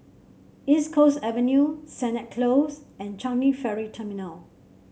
East Coast Avenue Sennett Close and Changi Ferry Terminal